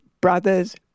brothers